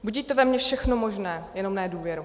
Budí to ve mně všechno možné, jenom ne důvěru.